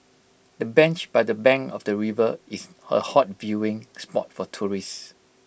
the bench by the bank of the river is A hot viewing spot for tourists